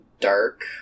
dark